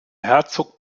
herzog